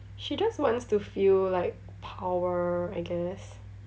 she just wants to feel like power I guess